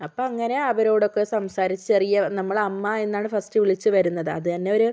അപ്പം അങ്ങനെ അവരോടൊക്കെ സംസാരിച്ച് ചെറിയ നമ്മൾ അമ്മ എന്നാണ് ഫസ്റ്റ് വിളിച്ച് വരുന്നത് അത് തന്നെ ഒരു